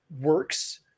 works